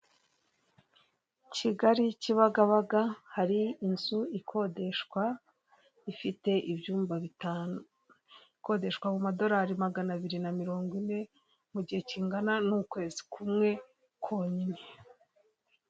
Kigali Kibagabaga hari inzu ikodeshwa ifite ibyumba bitanu. Ikodeshwa mu madolari magana abiri na mirongo ine, mu gihe kingana n'ukwezi kumwe konyine.